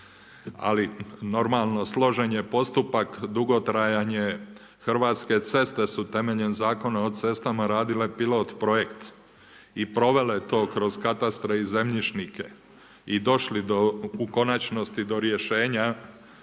Ali, normalno, složen je postupak, dugotrajan je, Hrvatske ceste su temeljem Zakona o cestama radile pilot projekt i provele to kroz katastre i zemljišne i došli u konačnosti do rješenja,